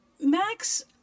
Max